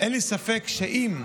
אין לי ספק שאם